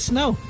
Snow